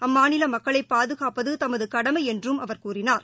அம்மாநிலமக்களைபாதுகாப்பதுகுமதுகடமைஎன்றும் அவர் கூறினார்